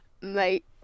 Mate